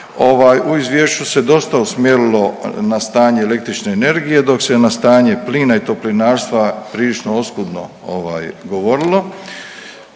u Izvješću se dosta usmjerilo na stanje električne energije, dok se na stanje plina i toplinarstva prilično oskudno ovaj, govorilo.